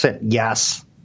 yes